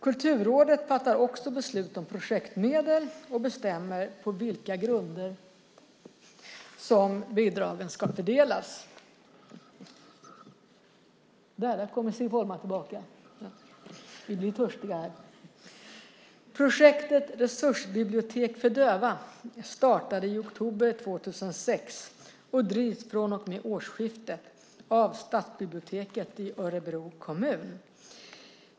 Kulturrådet fattar också beslut om projektmedel och bestämmer på vilka grunder bidragen ska fördelas. Projektet Resursbibliotek för döva startade i oktober 2006 och drivs från och med årsskiftet av Stadsbiblioteket i Örebro kommun.